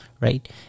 right